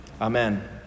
Amen